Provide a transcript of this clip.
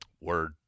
Word